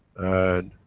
and,